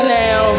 now